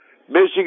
Michigan